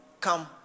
Come